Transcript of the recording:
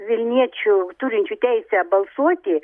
vilniečių turinčių teisę balsuoti